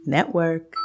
Network